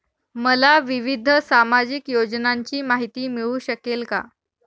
मला विविध सामाजिक योजनांची माहिती मिळू शकेल का?